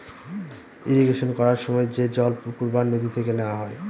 irrigation করার সময় যে জল পুকুর বা নদী থেকে নেওয়া হয়